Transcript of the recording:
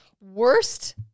Worst